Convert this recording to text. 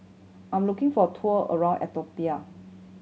I am looking for a tour around Ethiopia